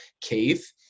cave